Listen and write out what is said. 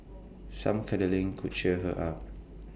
some cuddling could cheer her up